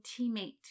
teammate